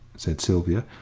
said sylvia,